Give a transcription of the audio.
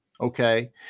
Okay